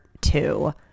two